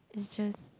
it's just